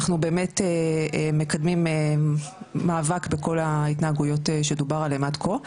אנחנו מקדמים מאבק בגל ההתנהגויות שדובר עליהם עד כה.